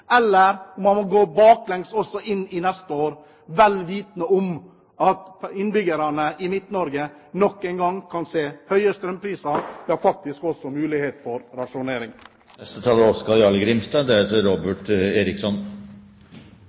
eller om man må gå baklengs også inn i neste år, vel vitende om at innbyggerne i Midt-Norge nok en gang vil få høye strømpriser, ja faktisk også mulighet for